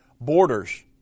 borders